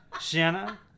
Shanna